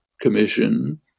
commission